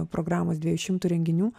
programos dviejų šimtų renginių